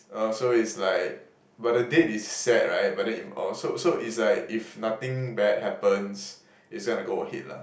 uh so it's like but the date is set right but then if uh so so is like if nothing bad happens it's gonna go ahead lah